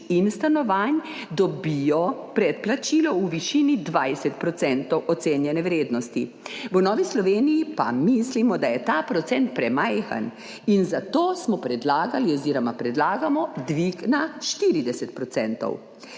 in stanovanj dobijo predplačilo v višini 20 % ocenjene vrednosti. V Novi Sloveniji pa mislimo, da je ta procent premajhen in zato smo predlagali oziroma predlagamo dvig na 40